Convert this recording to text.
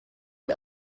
mir